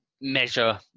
measure